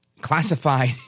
classified